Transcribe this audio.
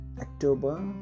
October